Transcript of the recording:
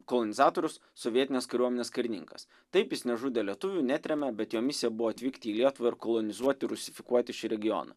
kolonizatorius sovietinės kariuomenės karininkas taip jis nežudė lietuvių netrėmė bet jo misija buvo atvykti į lietuvą ir kolonizuoti rusifikuoti šį regioną